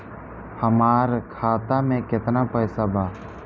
हमार खाता में केतना पैसा बा?